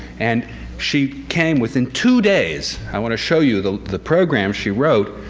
and she came. within two days i want to show you the the program she wrote,